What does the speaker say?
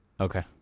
Okay